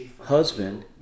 husband